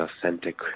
authentic